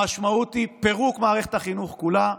המשמעות היא פירוק מערכת החינוך כולה.